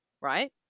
Right